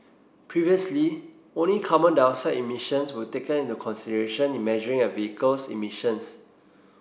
previously only carbon dioxide emissions were taken into consideration in measuring a vehicle's emissions